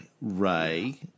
Ray